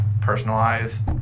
personalized